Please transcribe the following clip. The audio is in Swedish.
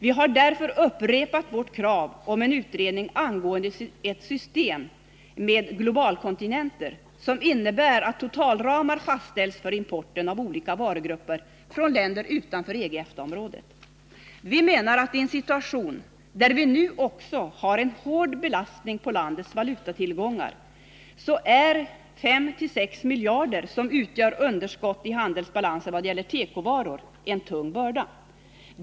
Vi har därför upprepat vårt krav på en utredning angående ett system med globalkontingenter, som innebär att totalramar fastställs för importen av olika varugrupper från länder utanför EG/ EFTA-området. Vi menar att i en situation då vi har en hård belastning på landets valutatillgångar är 5-6 miljarder, som utgör underskott i handelsbalansen i vad gäller tekovaror, en tung börda.